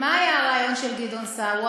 מה היה הרעיון של גדעון סער?